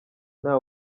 nta